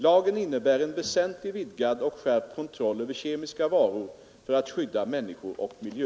Lagen innebär en väsentligt vidgad och skärpt kontroll över kemiska varor för att skydda människor och miljö.